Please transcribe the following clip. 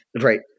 Right